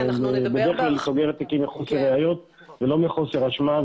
בדרך כלל היא סוגרת תיקים מחוסר ראיות ולא מחוסר אשמה,